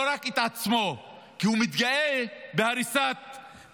לא רק את עצמו, כי הוא מתגאה בהריסת בתים.